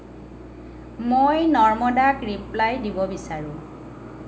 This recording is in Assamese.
মই নৰ্মদাক ৰিপ্লাই দিব বিচাৰোঁ